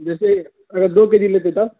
جیسے اگر دو کے جی لیتے تب